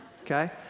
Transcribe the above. Okay